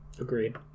agreed